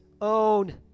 own